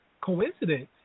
coincidence